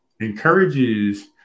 encourages